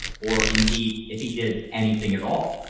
or indeed if he did anything at all.